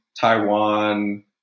Taiwan